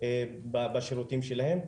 בשירותים שלהם.